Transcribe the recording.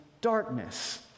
darkness